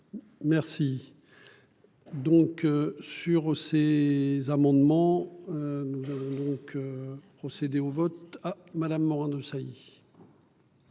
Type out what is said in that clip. Merci. Donc sur ces amendements. Nous donc. Procéder au vote Madame Morin-Desailly.